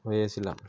হয়েছিলাম